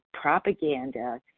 propaganda